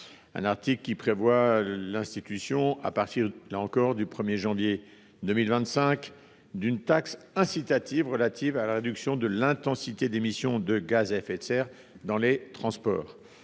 L’article 16 prévoit l’institution à compter du 1 janvier 2025 d’une taxe incitative relative à la réduction de l’intensité d’émission de gaz à effet de serre (GES) dans les transports.